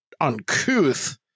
uncouth